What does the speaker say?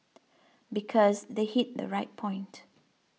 because they hit the right point